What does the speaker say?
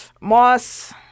Moss